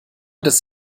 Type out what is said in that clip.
des